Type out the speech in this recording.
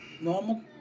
normal